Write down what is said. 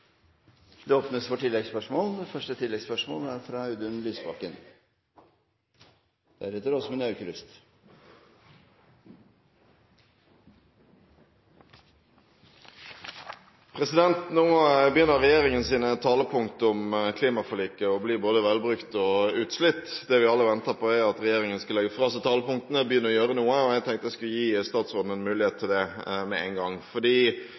Audun Lysbakken. Nå begynner regjeringens talepunkter om klimaforliket å bli både velbrukte og utslitte. Det vi alle venter på, er at regjeringen skal legge fra seg talepunktene og begynne å gjøre noe, og jeg tenkte jeg skulle gi statsråden en mulighet til det med en gang.